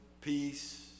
peace